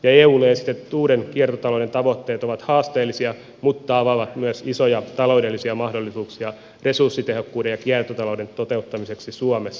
eulle esitetyt uudet kiertotalouden tavoitteet ovat haasteellisia mutta avaavat myös isoja taloudellisia mahdollisuuksia resurssitehokkuuden ja kiertotalouden toteuttamiseksi suomessa